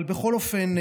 אבל בכל אופן,